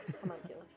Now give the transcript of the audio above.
Homunculus